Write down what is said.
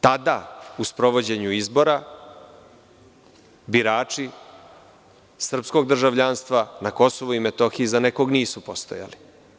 Tada u sprovođenju izbora, birači srpskog državljanstva na Kosovu i Metohiji i za nekog nisu postojali.